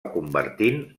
convertint